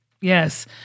Yes